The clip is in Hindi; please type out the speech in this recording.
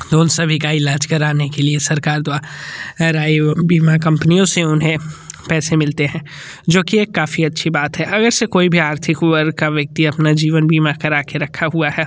तो उन सभी का इलाज कराने के लिए सरकार द्वा रा एवं बीमा कम्पनियों से उन्हें पैसे मिलते हैं जो कि एक काफ़ी अच्छी बात है अगरचे कोई भी आर्थिक वर्ग का व्यक्ति अपना जीवन बीमा करा कर रखा हुआ है